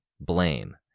Blame